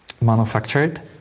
manufactured